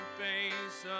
face